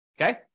Okay